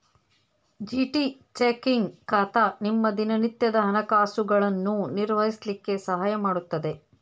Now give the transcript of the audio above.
GT checking ಖಾತಾ ನಿಮ್ಮ ದಿನನಿತ್ಯದ ಹಣಕಾಸುಗಳನ್ನು ನಿರ್ವಹಿಸ್ಲಿಕ್ಕೆ ಸಹಾಯ ಮಾಡುತ್ತದೆ